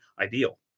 ideal